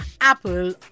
Apple